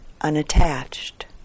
unattached